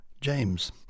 James